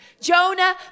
Jonah